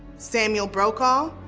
samuel brokaw,